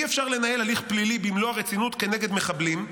אי-אפשר לנהל הליך פלילי במלוא הרצינות כנגד מחבלים,